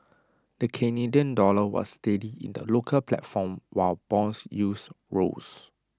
the Canadian dollar was steady in the local platform while Bond yields rose